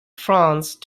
france